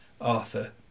Arthur